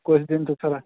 कुछ दिन तो चला